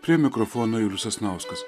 prie mikrofono julius sasnauskas